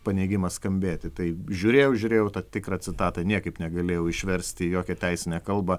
paneigimas skambėti tai žiūrėjau žiūrėjau į tą tikrą citatą niekaip negalėjau išversti į jokią teisinę kalbą